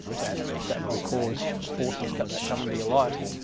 that that will cause forces cut. that coming to your life,